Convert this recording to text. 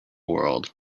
world